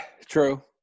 true